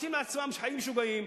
עושים לעצמם חיים משוגעים,